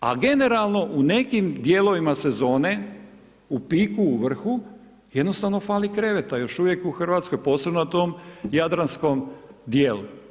A generalno, u nekim dijelovima sezone, u piku, u vrhu, jednostavno fali kreveta, još uvijek u RH, posebno na tom jadranskom dijelu.